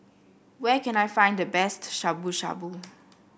where can I find the best Shabu Shabu